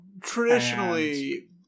traditionally